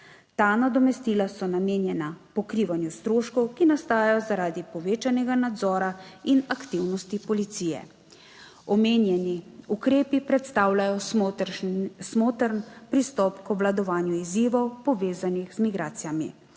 Ta nadomestila so namenjena pokrivanju stroškov, ki nastajajo zaradi povečanega nadzora in aktivnosti policije. Omenjeni ukrepi predstavljajo smotrn pristop k obvladovanju izzivov, povezanih z migracijami